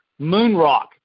Moonrock